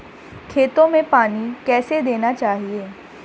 खेतों में पानी कैसे देना चाहिए?